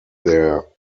their